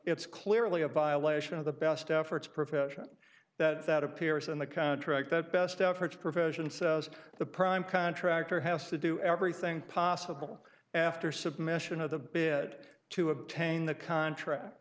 it's clearly a violation of the best efforts profession that appears in the contract that best efforts profession says the prime contractor has to do everything possible after submission of the bid to obtain the contract